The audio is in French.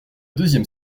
deuxième